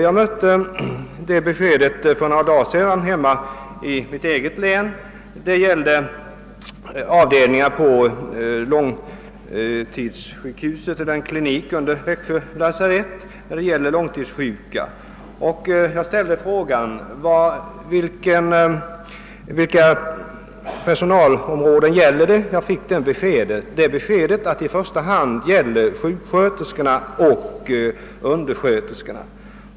Jag mötte detta besked för några dagar sedan i mitt eget län; det gällde den klinik vid Växjö lasarett där långtidssjuka vårdas. Jag ställde frågan vilka personalområden det rörde sig om och fick svaret att bristen i första hand avsåg sjuksköterskor och undersköterskor.